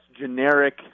generic